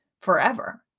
forever